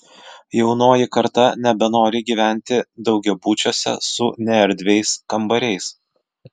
jaunoji karta nebenori gyventi daugiabučiuose su neerdviais kambariais